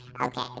Okay